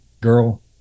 girl